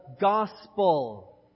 gospel